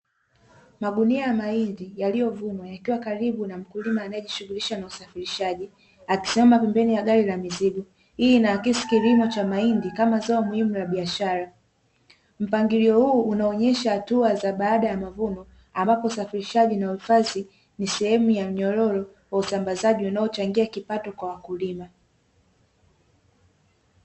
Magunia ya mahindi yaliyovunwa yakiwa karibu na mkulima anayejishughulisha na usafirishaji akisimama Kando ya gari la mizigo hii inaakisi kilimo cha zao la mahindi kama zao muhimu la biashara. Mpangilio huu unaonyesha hatua baada ya mavuno ambapo usafirishaji na uhifadhi ni sehemu ya mnyororo wa usambazaji unaochangia kipato kwa wakulima.